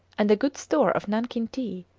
and a good store of nankin tea,